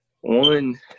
One